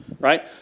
right